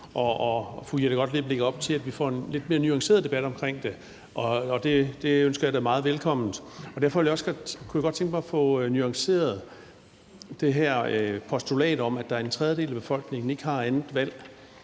Fru Jette Gottlieb lægger op til, at vi får en lidt mere nuanceret debat omkring det. Det hilser jeg da meget velkommen. Derfor kunne jeg godt tænke mig at få nuanceret det her postulat om, at en tredjedel af befolkningen ikke har andet valg